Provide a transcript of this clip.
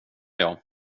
jag